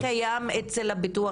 כלומר, המידע קיים אצל המוסד לביטוח